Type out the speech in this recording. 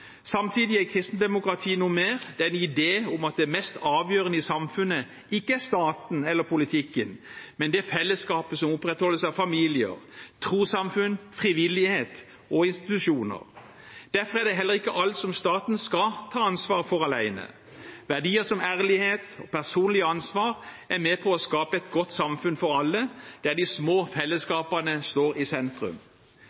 Samtidig er kristendemokrati noe mer. Det er en idé om at det mest avgjørende i samfunnet ikke er staten eller politikken, men det fellesskapet som opprettholdes av familier, trossamfunn, frivillighet og institusjoner. Derfor er det heller ikke alt som staten skal ta ansvar for alene. Verdier som ærlighet og personlig ansvar er med på å skape et godt samfunn for alle, der de små